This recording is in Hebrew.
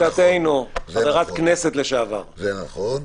העצמאים, רואה